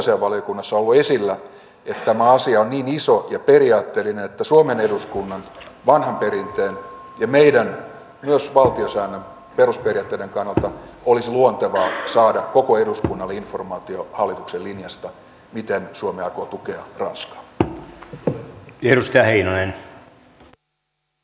onko ulkoasiainvaliokunnassa ollut esillä että tämä asia on niin iso ja periaatteellinen että suomen eduskunnan vanhan perinteen ja myös valtiosäännön perusperiaatteiden kannalta olisi luontevaa saada koko eduskunnalle informaatio hallituksen linjasta miten suomi aikoo tukea ranskaa